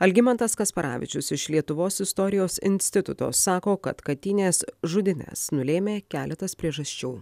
algimantas kasparavičius iš lietuvos istorijos instituto sako kad katynės žudynes nulėmė keletas priežasčių